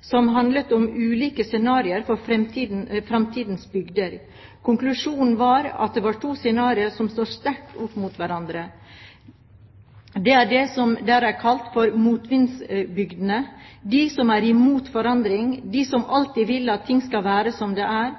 som handlet om ulike scenarioer for fremtidens bygder. Konklusjonen var at det er to scenarioer som står sterkt opp mot hverandre. Det er det som der er kalt for motvindsbygdene, de som er imot forandring, de som alltid vil at ting skal være som det er.